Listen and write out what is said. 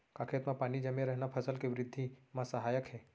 का खेत म पानी जमे रहना फसल के वृद्धि म सहायक हे?